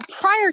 Prior